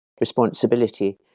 responsibility